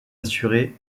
assurées